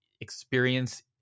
experience